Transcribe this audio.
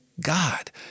god